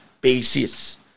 basis